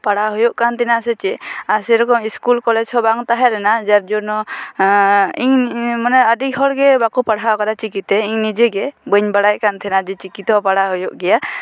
ᱯᱟᱲᱦᱟᱣ ᱦᱩᱭᱩᱜ ᱠᱟᱱ ᱛᱤᱧᱟ ᱥᱮ ᱪᱮᱫ ᱟᱨ ᱥᱮᱨᱚᱠᱚᱢ ᱤᱥᱠᱩᱞ ᱠᱚᱞᱮᱡ ᱦᱚᱸ ᱵᱟᱝ ᱛᱟᱦᱮᱸᱞᱮᱱᱟ ᱡᱟᱨ ᱡᱚᱱᱱᱚ ᱤᱧ ᱢᱟᱱᱮ ᱟᱹᱰᱤ ᱦᱚᱲᱜᱮ ᱵᱟᱠᱚ ᱯᱟᱲᱦᱟᱣ ᱟᱠᱟᱫᱟ ᱪᱤᱠᱤᱛᱮ ᱤᱧ ᱱᱤᱡᱮᱜᱮ ᱵᱟᱹᱧ ᱵᱟᱲᱟᱭ ᱠᱟᱱ ᱛᱟᱦᱮᱸᱱᱟ ᱡᱮ ᱪᱤᱠᱤ ᱛᱮᱦᱚᱸ ᱯᱟᱲᱦᱟᱣ ᱦᱩᱭᱩᱜ ᱜᱮᱭᱟ